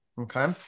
okay